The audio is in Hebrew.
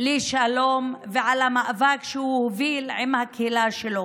לשלום על המאבק שהוא הוביל עם הקהילה שלו.